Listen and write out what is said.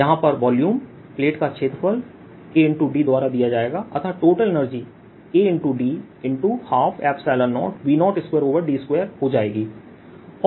यहां पर volume plate का क्षेत्रफल Adद्वारा दिया जाएगा अतः टोटल एनर्जी Ad120V02d2 हो जाएगी